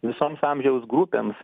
visoms amžiaus grupėms